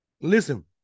listen